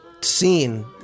scene